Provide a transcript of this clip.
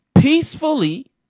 peacefully